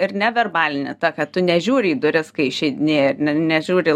ir neverbalinė ta kad tu nežiūri į duris kai išeidinėja ir ne nežiūri į